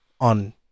on